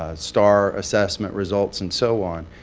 ah star assessment results, and so on,